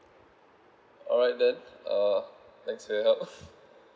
alright then uh thanks for your help